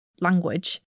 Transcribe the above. language